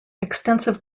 extensive